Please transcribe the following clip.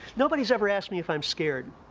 nobody's ever asked me if i'm scared.